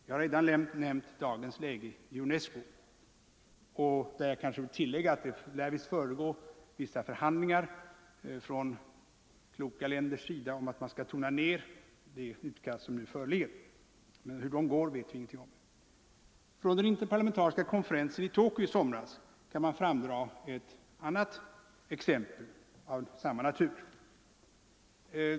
Jag har redan nämnt dagens läge i UNESCO. Jag borde kanske tillägga att det lär pågå vissa försök från kloka delegationers sida att tona ner det utkast som nu föreligger, men hur förhandlingarna går vet vi ingenting om. Från den interparlamentariska konferensen i Tokyo i somras kan jag dra fram ett annat exempel av samma natur.